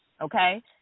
okay